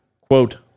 Quote